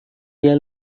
dia